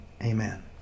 amen